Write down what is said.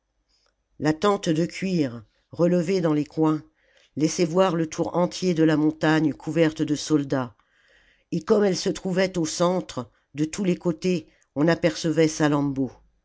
zaïmph latente de cuir relevée dans les coins laissait voir le tour entier de la montagne couverte de soldats et comme elle se trouvait au centre de tous les côtés on apercevait